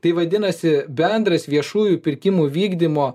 tai vadinasi bendras viešųjų pirkimų vykdymo